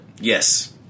Yes